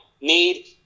Need